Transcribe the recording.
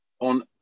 on